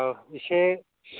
औ इसे